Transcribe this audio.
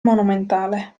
monumentale